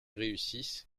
réussisse